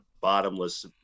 bottomless